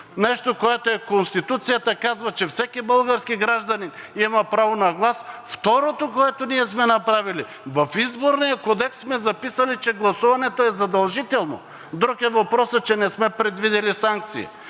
нещо, което Конституцията казва, е, че всеки български гражданин има право на глас. Второто, което ние сме направили в Изборния кодекс, сме записали, че гласуването е задължително. Друг е въпросът, че не сме предвидили санкции,